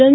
लं